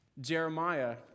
Jeremiah